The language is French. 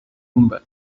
humbert